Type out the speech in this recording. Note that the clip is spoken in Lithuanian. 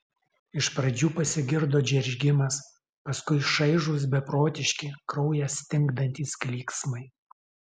iš pradžių pasigirdo džeržgimas paskui šaižūs beprotiški kraują stingdantys klyksmai